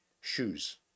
shoes